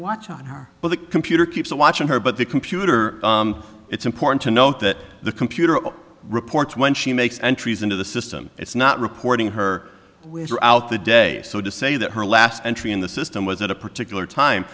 watch on her but the computer keeps a watch on her but the computer it's important to note that the computer reports when she makes entries into the system it's not reporting her out the day so to say that her last entry in the system was at a particular time